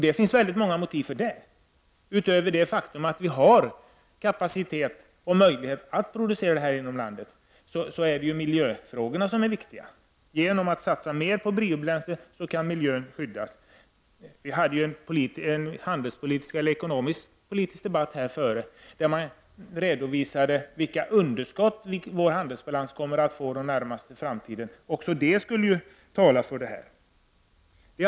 Det finns många motiv för detta utöver det faktum att vi har kapacitet och möjlighet att producera detta inom landet. Även miljöfrågorna är viktiga. Genom att vi satsar mer på biobränslena kan vi skydda miljön. Vi hade tidigare i dag en ekonomisk politisk debatt där man redovisade vilka underskott vår handelsbalans kommer att få under den närmaste framtiden. Också detta skulle tala för den här saken.